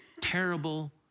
terrible